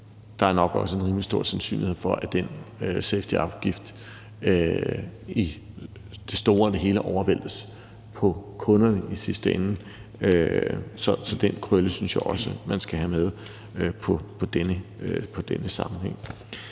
der er nok også en rimelig stor sandsynlighed for, at den safetyafgift i det store og hele overvæltes på kunderne i sidste ende. Så den krølle synes jeg også man skal have med i denne sammenhæng.